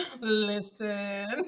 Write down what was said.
Listen